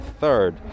third